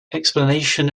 explanation